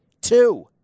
Two